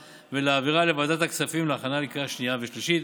ולהעבירה לוועדת הכספים להכנה לקריאה שנייה ושלישית.